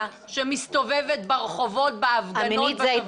שמסתובבת ברחובות בהפגנות בשבועות האחרונים.